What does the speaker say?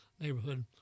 neighborhood